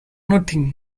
nothing